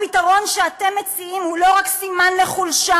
הפתרון שאתם מציעים הוא לא רק סימן לחולשה,